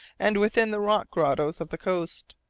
and within the rock grottoes of the coast.